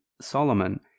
Solomon